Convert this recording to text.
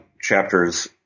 chapters